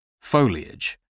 Foliage